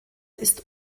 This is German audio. ist